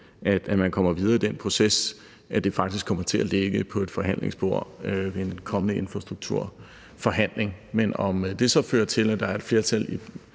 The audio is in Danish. at man kommer videre i den proces, vel også, at det faktisk kommer til at ligge på et forhandlingsbord ved en kommende infrastrukturforhandling. Men om det så fører til, at der er et bredt flertal i